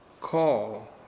call